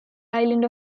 island